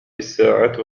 الساعة